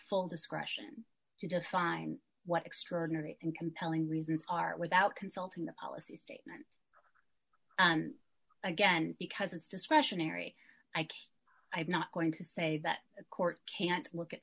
full discretion to define what extraordinary and compelling reasons are without consulting the policy statement again because it's discretionary i have not going to say that a court can't look at